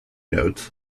notes